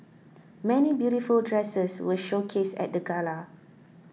many beautiful dresses were showcased at the gala